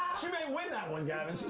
she may win that one, gavin she's